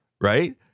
right